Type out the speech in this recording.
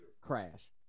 crash